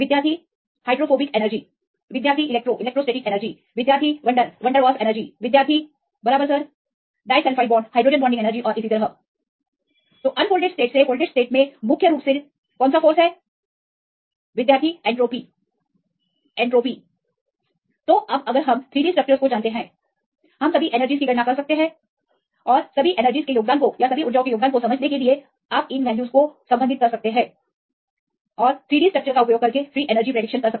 विद्यार्थी फोल्डेड और फोल्डेड और uctures को जानते हैं हम सभी ऊर्जा शर्तों की गणना कर सकते हैं और विभिन्न ऊर्जाओं के योगदान को समझने के लिए आप इन मूल्यों से संबंधित कर सकते हैं साथ ही 3 D स्ट्रक्चर्स का उपयोग करके फ्री एनर्जी की भविष्यवाणी करना